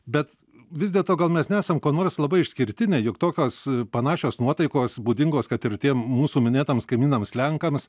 bet vis dėlto gal mes nesam kuo nors labai išskirtiniai juk tokios panašios nuotaikos būdingos kad ir tiem mūsų minėtams kaimynams lenkams